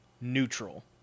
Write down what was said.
neutral